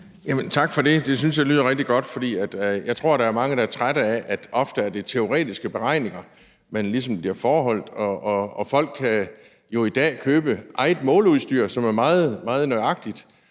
Tak for det. Det synes jeg lyder rigtig godt. For jeg tror, der er mange, der er trætte af, at det ofte er teoretiske beregninger, man ligesom bliver foreholdt, og folk kan i dag jo købe eget måleudstyr, som er meget, meget nøjagtigt,